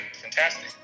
fantastic